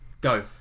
Go